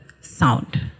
sound